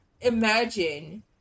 imagine